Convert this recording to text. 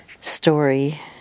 story